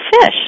fish